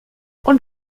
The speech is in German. und